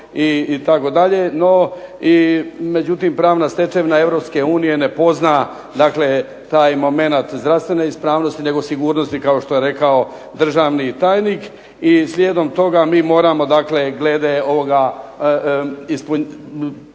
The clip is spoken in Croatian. itd., no međutim, pravna stečevina Europske unije ne pozna taj momenat zdravstvene ispravnosti nego sigurnosti kao što je rekao državni tajnik i slijede toga mi moramo glede ovoga poglavlja